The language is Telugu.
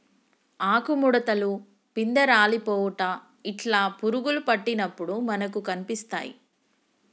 ఆకు ముడుతలు, పిందె రాలిపోవుట ఇట్లా పురుగులు పట్టినప్పుడు మనకు కనిపిస్తాయ్